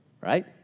right